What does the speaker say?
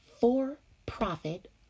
for-profit